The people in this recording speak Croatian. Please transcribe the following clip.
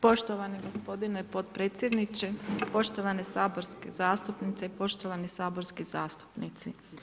Poštovani gospodine potpredsjedniče, poštovane saborske zastupnice i poštovani saborski zastupnici.